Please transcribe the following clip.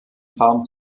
farm